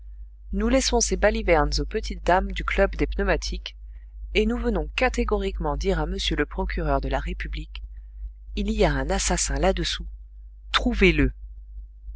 nous laissons ces balivernes aux petites dames du club des pneumatiques et nous venons catégoriquement dire à m le procureur de la république il y a un assassin là-dessous trouvez le